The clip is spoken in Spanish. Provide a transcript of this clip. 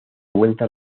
vuelta